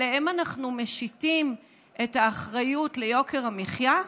עליהם אנחנו משיתים את האחריות ליוקר המחיה?